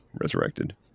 resurrected